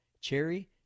Cherry